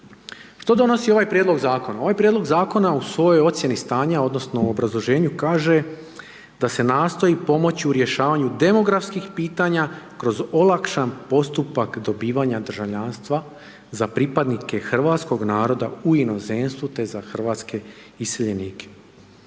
Što donosi ovaj prijedlog zakona? Ovaj prijedlog zakona u svojoj ocjeni stanja, odnosno obrazloženju kaže da se nastoji pomoći u rješavanju demografskih pitanja kroz olakšani postupak dobivanja državljanstva za pripadnike hrvatskog naroda u inozemstvu te za hrvatske iseljenike.